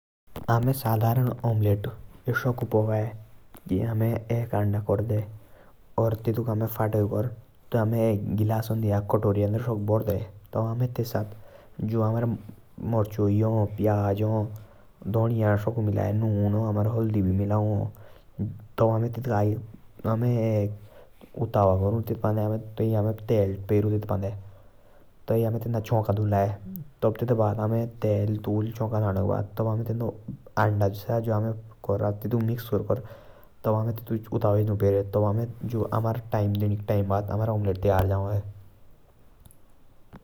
अमे साधारण ऑमलेट अस साकु पकाए। अमे एक अंडा कर्दे तेतुक फटोई कर तेतुक एक गिलासंद फार्दे। अमे तेस साथ मिर्चो प्याज धनिया नून हा हल्दी हा साओ साकु मिला। तइ अमे चौंका बंदे ताही अमे अंडा तेँदा देंदे डाले।